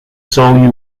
sole